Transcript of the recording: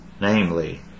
namely